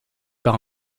par